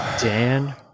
Dan